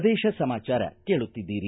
ಪ್ರದೇಶ ಸಮಾಚಾರ ಕೇಳುತ್ತಿದ್ದೀರಿ